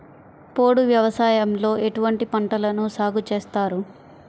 పోడు వ్యవసాయంలో ఎటువంటి పంటలను సాగుచేస్తారు?